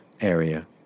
area